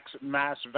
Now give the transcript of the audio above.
mass